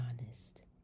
Honest